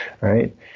right